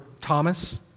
Thomas